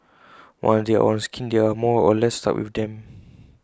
once they are on A scheme they are more or less stuck with them